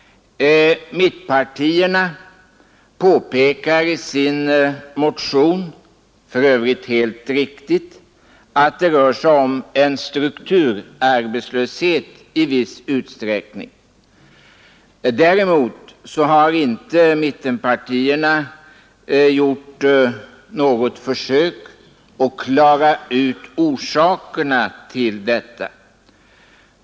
Mittenpartierna påpekar i sin motion, för övrigt helt riktigt, att det rör sig om en strukturarbetslöshet i viss utsträckning. Däremot har mittenpartierna inte gjort något försök att klara ut orsakerna till detta.